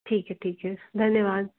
ठीक है ठीक है धन्यवाद